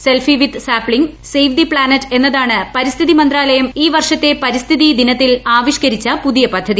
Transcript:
selfie with sapling save the planet എന്നതാണ് പരിസ്ഥിതി മന്ത്രാലയം ഈ വർഷത്തെ പരിസ്ഥിതി ദിനത്തിൽ ആവിഷ്കരിച്ച പുതിയ പദ്ധതി